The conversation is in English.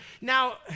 Now